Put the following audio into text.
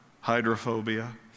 hydrophobia